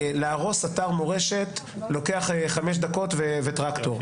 להרוס אתר מורשת לוקח חמש דקות וטרקטור,